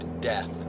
death